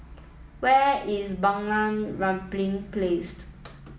where is Bunga Rampai Placed